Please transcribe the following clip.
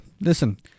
listen